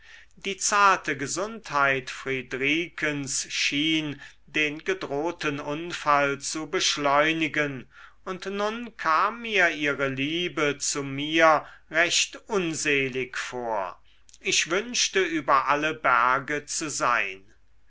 die zarte gesundheit friedrikens schien den gedrohten unfall zu beschleunigen und nun kam mir ihre liebe zu mir recht unselig vor ich wünschte über alle berge zu sein